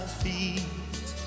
feet